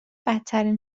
بدترین